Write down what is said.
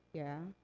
yeah,